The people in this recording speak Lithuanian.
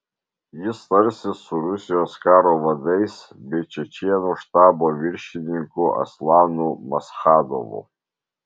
jis tarsis su rusijos karo vadais bei čečėnų štabo viršininku aslanu maschadovu